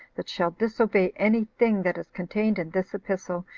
that shall disobey any thing that is contained in this epistle,